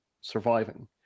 surviving